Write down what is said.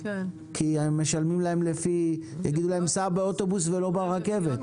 כי יגידו להם לנסוע באוטובוס ולא ברכבת.